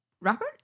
Robert